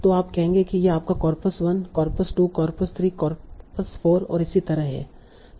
तो आप कहते हैं कि यह आपका कॉर्पस 1 कॉर्पस 2 कॉर्पस 3 कॉर्पस 4 और इसी तरह है